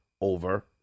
over